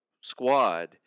squad